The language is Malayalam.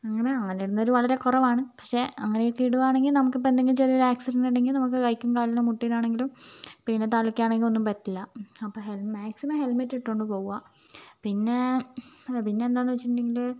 അങ്ങനെ അങ്ങനെ ഇടുന്നവർ വളരെ കുറവാണ് പക്ഷെ അങ്ങനെയൊക്കെ ഇടുകയാണെങ്കിൽ നമുക്കിപ്പോൾ എന്തെങ്കിലും ചെറിയൊരു ആക്സിഡൻ്റ് ഉണ്ടെങ്കിൽ നമുക്ക് കൈക്കും കാലിനും മുട്ടിനാണെങ്കിലും പിന്നെ തലയ്ക്ക് ആണെങ്കിലും ഒന്നും പറ്റില്ല അപ്പം ഹെൽമെ മാക്സിമം ഹെൽമെറ്റ് ഇട്ടുകൊണ്ട് പോവുക പിന്നെ പിന്നെയെന്താണെന്ന് വച്ചിട്ടുണ്ടെങ്കിൽ